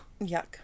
Yuck